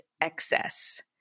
excess